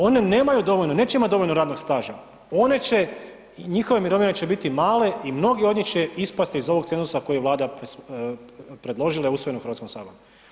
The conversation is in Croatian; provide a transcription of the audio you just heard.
One nemaju dovoljno, neće imati dovoljno radnog staža, one će, njihove mirovine će biti male i mnogi od njih će ispasti iz ovog cenzusa koji je Vlada predložila i usvojen u HS-u.